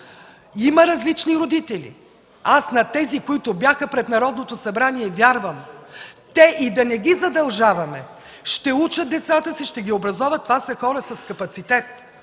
Има различни родители. На тези, които бяха пред Народното събрание, вярвам – и да не ги задължаваме, те ще учат децата си и ще ги образоват. Това са хора с капацитет.